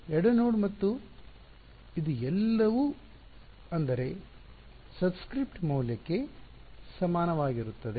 ಎಡ ನೋಡ್ ಮತ್ತು ಇದು ಎಲ್ಲವೂ ಅಂದರೆ ಸಬ್ಸ್ಕ್ರಿಪ್ಟ್ ಮೌಲ್ಯಕ್ಕೆ ಸಮಾನವಾಗಿರುತ್ತದೆ